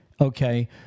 okay